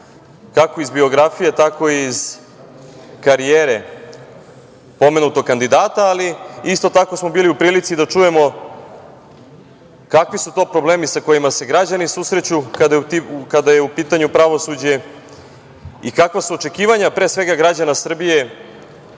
kako iz biografije, tako i iz karijere pomenutog kandidata, ali isto tako smo bili u prilici da čujemo kakvi su to problemi sa kojima se građani susreću kada je u pitanju pravosuđe i kakva su očekivanja, pre svega, građana Srbije